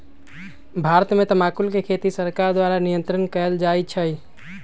भारत में तमाकुल के खेती सरकार द्वारा नियन्त्रण कएल जाइ छइ